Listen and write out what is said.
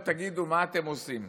תגידו, מה אתם עושים?